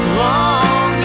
long